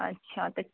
अच्छा तऽ